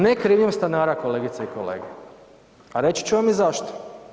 Ne krivnjom stanara kolegice i kolege, a reći ću vam i zašto.